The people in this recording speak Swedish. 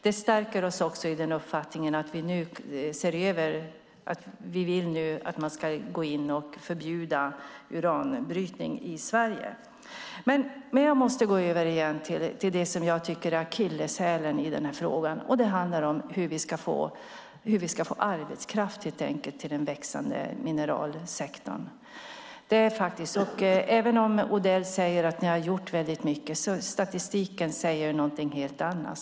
Det stärker oss i uppfattningen att vi ska förbjuda uranbrytning i Sverige. Jag måste gå över till det som jag tycker är akilleshälen i den här frågan, och det handlar om hur vi ska få arbetskraft till den växande mineralsektorn. Även om Odell säger att regeringen har gjort väldigt mycket säger statistiken någonting helt annat.